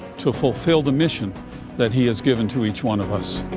to fulfill the mission that he has given to each one of us.